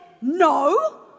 No